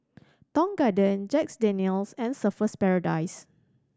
Tong Garden Jack Daniel's and Surfer's Paradise